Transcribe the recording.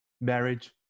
marriage